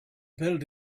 build